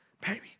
Baby